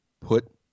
put